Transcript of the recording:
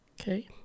Okay